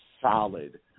solid